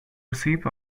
receipt